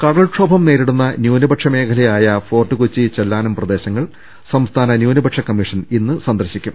കടൽക്ഷോഭം നേരിടുന്ന ന്യൂനപക്ഷ മേഖലയായ ഫോർട്ട്കൊച്ചി ചെല്ലാനം പ്രദേശങ്ങൾ സംസ്ഥാന ന്യൂനപക്ഷ കമ്മീഷൻ ഇന്ന് സന്ദർശിക്കും